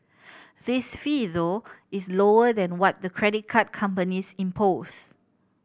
this fee though is lower than what the credit card companies impose